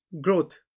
Growth